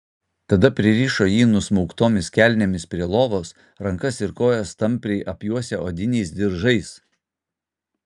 tada pririšo jį nusmauktomis kelnėmis prie lovos rankas ir kojas tampriai apjuosę odiniais diržais